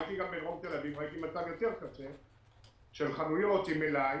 הייתי גם בדרום תל אביב וראיתי מצב יותר קשה שבו יש חנויות עם מלאי,